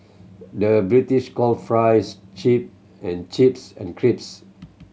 the British call fries chip and chips and crisps